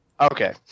Okay